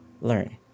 learn